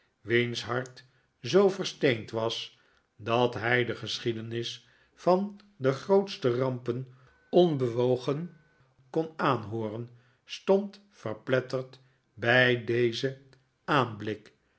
wiens hart zoo versteend was dat hij de geschiedenis van de grootste rampen onbewogen kon aanhooren stond verpletterd bij dezen aanblik